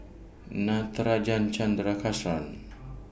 Natarajan